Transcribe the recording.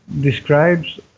describes